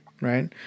right